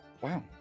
Wow